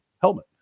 helmet